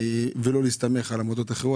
ולא היה מסתמך על עבודות אחרות.